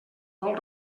vol